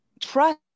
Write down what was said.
trust